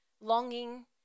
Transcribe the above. longing